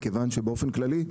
מכיוון שבאופן כללי,